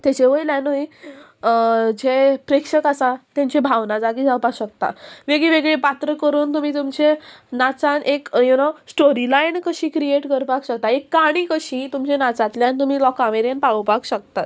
ताजे वयल्यानूय जे प्रेक्षक आसा तांची भावना जागी जावपाक शकता वेगळी वेगळी पात्र करून तुमी तुमचे नाचान एक यु नो स्टोरीलायन कशी क्रिएट करपाक शकता एक काणी कशी तुमच्या नाचांतल्यान तुमी लोकां मेरेन पावोवपाक शकतात